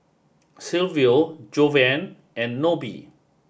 Silvio Jovan and Nobie